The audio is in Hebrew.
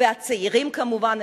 והצעירים כמובן,